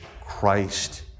Christ